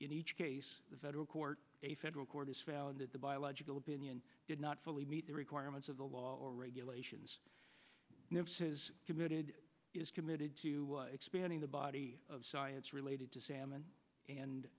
in each case the federal court a federal court has found that the biological opinion did not fully meet the requirements of the law or regulations committed is committed to expanding the body of science related to salmon and